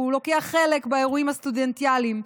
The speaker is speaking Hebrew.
הוא לוקח חלק באירועים הסטודנטיאליים.